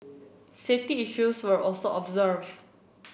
safety issues were also observed